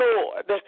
Lord